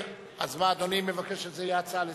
אז מה, אדוני מבקש שזה יהיה הצעה לסדר-היום?